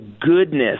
goodness